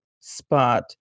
spot